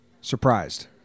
Surprised